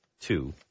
two